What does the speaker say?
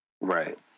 Right